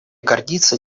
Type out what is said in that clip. гордится